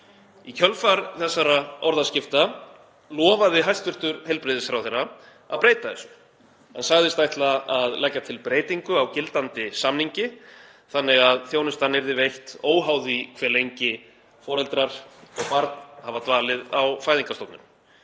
Í kjölfar þessara orðaskipta lofaði hæstv. heilbrigðisráðherra að breyta þessu. Hann sagðist ætla að leggja til breytingu á gildandi samningi þannig að þjónustan yrði veitt óháð því hve lengi foreldrar og barn hafa dvalið á fæðingarstofnun.